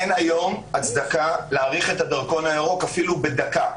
אין היום הצדקה להאריך את התו הירוק אפילו בדקה.